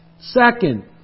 second